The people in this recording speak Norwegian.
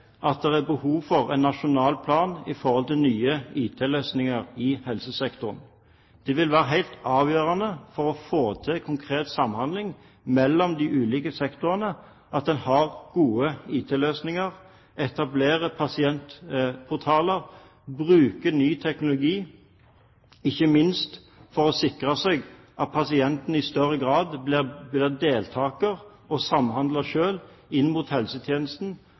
at det er behov for en nasjonal plan for nye IT-løsninger i helsesektoren. Det vil være helt avgjørende for å få til en konkret samhandling mellom de ulike sektorene at en har gode IT-løsninger, etablerer pasientportaler og bruker ny teknologi – ikke minst for å sikre seg at pasienten i større grad blir deltaker og selv samhandler inn mot